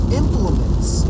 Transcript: implements